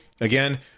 again